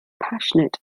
passionate